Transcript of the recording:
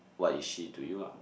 what is she to you ah